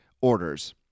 orders